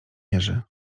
jerzy